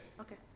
Okay